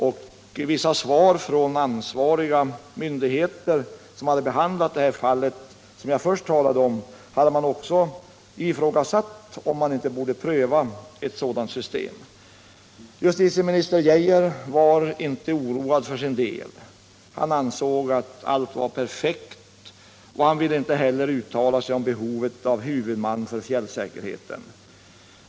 I vissa yttranden från ansvariga myndigheter som hade behandlat det fall jag nyss talade om hade man också ifrågasatt om inte ett sådant system borde prövas. Justitieminister Geijer var för sin del inte oroad — han ansåg att allt var perfekt. Han ville inte heller uttala sig om behovet av huvudman för fjällsäkerheten.